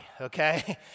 okay